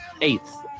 eighth